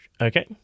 Okay